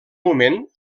moment